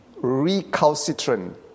Recalcitrant